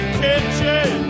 kitchen